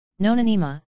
Nonanima